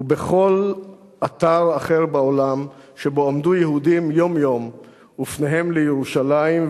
ובכל אתר אחר בעולם שבו עמדו יהודים יום-יום ופניהם לירושלים,